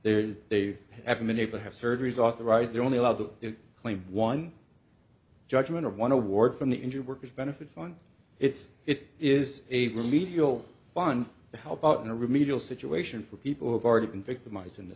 that they haven't been able have surgeries authorized they're only allowed to claim one judgment of one award from the injured workers benefit fund its it is a remedial done to help out in a remedial situation for people who have already been victimized in